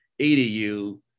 EDU